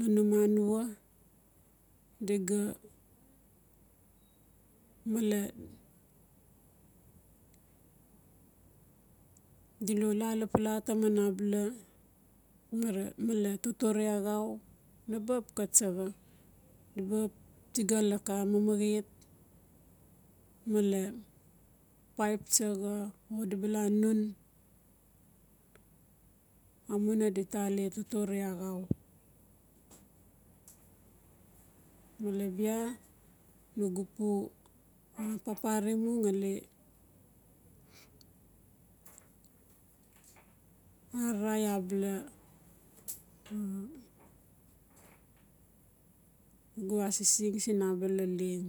Nan num anua diga male dilo lapala taman abala male totore axau naba xap xa tsaxa diba xap tsiga laka mamaxet male paip tsaxa o dibala nun amuina dita alet totore axau male bia nugu pu papare mu ngali arai abala nugu asising siin abala leng.